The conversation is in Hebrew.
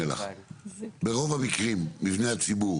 ברוב המקרים מבני הציבור